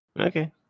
Okay